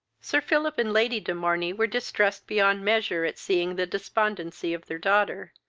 sir philip and lady de morney were distressed beyond measure at seeing the despondency of their daughter,